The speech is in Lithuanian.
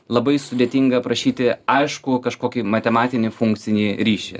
labai sudėtinga aprašyti aiškų kažkokį matematinį funkcinį ryšį